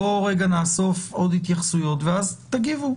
בואו נאסוף עוד התייחסויות ואז תגיבו.